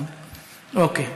אוקיי.